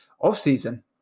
off-season